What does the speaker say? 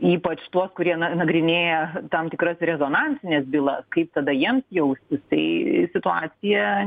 ypač tuos kurie na nagrinėja tam tikras rezonansines bylas kaip tada jiems jaustis tai situacija